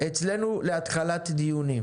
אצלנו להתחלת דיונים.